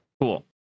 cool